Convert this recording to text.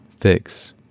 fix